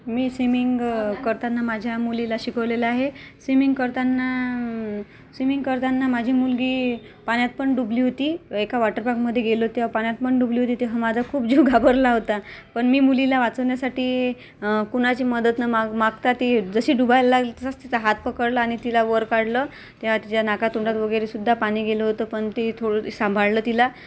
मी swimming करताना माझ्या मुलीला शिकवलेलं आहे स्विमिंग करताना स्विमिंग करताना माझी मुलगी पाण्यात पण डुबली होती एका वॉटर पार्क मध्ये गेलो तेव्हा पाण्यात बुडली होती तेव्हा माझा खूप जीव घाबरला होता पण मी मुलीला वाचवण्यासाठी कुणाची मदत न माग मागता जशी बुडायला लागली तसंच तिचा हात पकडला आणि तिला वर काढलं तेव्हा तिच्या नाकातोंडात सुद्धा वगैरे पाणी गेलं होतं तेव्हा तिला थोडं सांभाळलं तिला